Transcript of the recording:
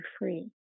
free